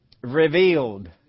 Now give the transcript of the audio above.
Revealed